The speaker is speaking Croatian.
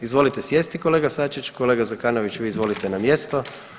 Izvolite sjesti kolega Sačić, kolega Zekanović vi izvolite na mjesto.